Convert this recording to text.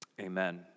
Amen